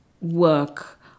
work